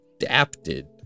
adapted